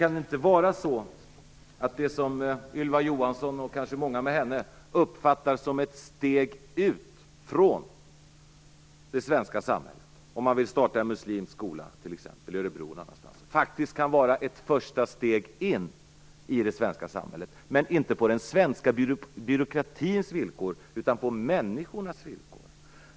Kan det inte vara så att det som Ylva Johansson och kanske många med henne uppfattar som ett steg ut från det svenska samhället, om man t.ex. vill starta en muslimsk skola i Örebro eller någon annanstans, faktiskt kan vara ett första steg in i det svenska samhället, men inte på den svenska byråkratins villkor, utan på människornas villkor?